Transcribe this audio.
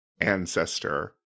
ancestor